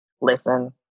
listen